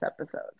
episode